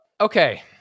Okay